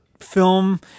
film